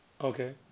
Okay